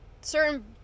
Certain